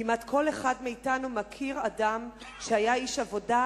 כמעט כל אחד מאתנו מכיר אדם שהיה איש עבודה,